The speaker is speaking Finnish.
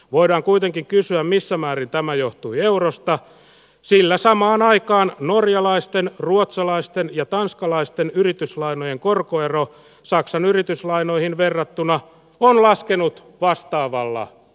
voidaan kuitenkin kysyä missä määrin tämä johtui eurosta sillä samaan aikaan norjalaisten ruotsalaisten ja tanskalaisten yrityslainojen korkoero saksan yrityslainoihin verrattuna on laskenut vastaavalla